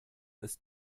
ist